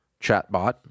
chatbot